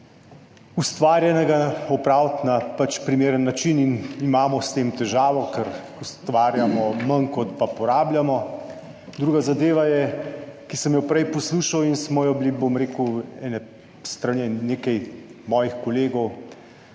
ustvarjenega opraviti na primeren način in imamo s tem težavo, ker ustvarjamo manj, kot pa porabljamo. Druga zadeva, ki sem jo prej poslušal in smo je bili, bom rekel, s strani nekaj mojih kolegov